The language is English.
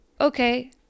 okay